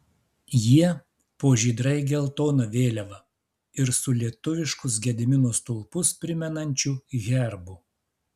jie po žydrai geltona vėliava ir su lietuviškus gedimino stulpus primenančiu herbu